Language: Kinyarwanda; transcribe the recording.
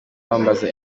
bambaza